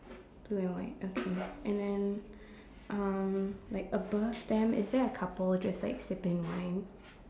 blue and white okay and then um like above them is there a couple just like sipping wine